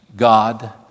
God